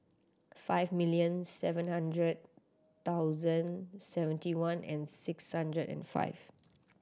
five million seven hundred thousand seventy one and six hundred and five